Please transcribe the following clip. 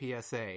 PSA